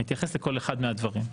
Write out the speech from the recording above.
אני אתייחס לכל אחד מהדברים.